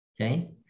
okay